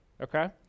Okay